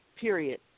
period